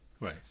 Right